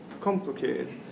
complicated